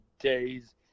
days